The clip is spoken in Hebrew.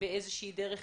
- באיזושהי דרך